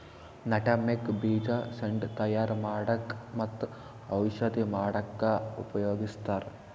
nutmeg ಬೀಜ scent ತಯಾರ್ ಮಾಡಕ್ಕ್ ಮತ್ತ್ ಔಷಧಿ ಮಾಡಕ್ಕಾ ಉಪಯೋಗಸ್ತಾರ್